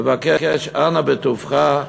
לבקש: אנא בטובך,